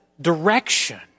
direction